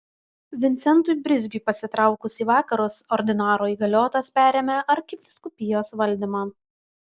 vincentui brizgiui pasitraukus į vakarus ordinaro įgaliotas perėmė arkivyskupijos valdymą